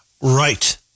Right